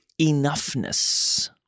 enoughness